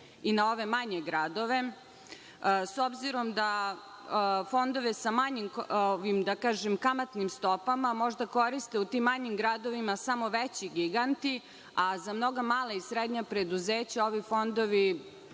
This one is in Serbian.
i na ove manje gradove, s obzirom da fondove sa manjim kamatnim stopama mogu koriste u tim manjim gradovima samo veći giganti, a za mnoga mala i srednja preduzeća ovi fondovi